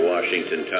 Washington